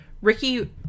Ricky